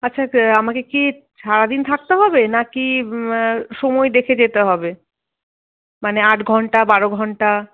আচ্ছা আচ্ছা আমাকে কি সারাদিন থাকতে হবে নাকি সময় দেখে যেতে হবে মানে আট ঘণ্টা বারো ঘণ্টা